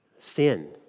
Sin